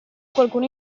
qualcuno